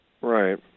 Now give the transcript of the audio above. Right